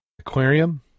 aquarium